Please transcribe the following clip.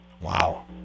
Wow